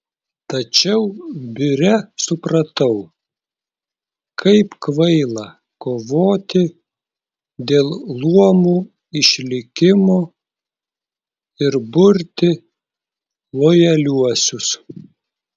tačiau biure supratau kaip kvaila kovoti dėl luomų išlikimo ir burti lojaliuosius